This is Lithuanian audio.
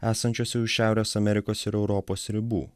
esančiuose šiaurės amerikos ir europos ribų